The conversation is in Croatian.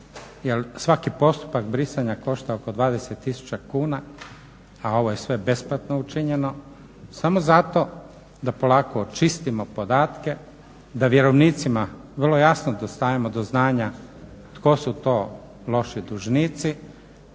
svaki postupak brisanja košta oko 20 tisuća kuna, a ovo je sve besplatno učinjeno, samo zato da polako očistimo podatke, da vjerovnicima vrlo jasno stavimo do znanja tko su to loši dužnici